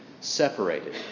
separated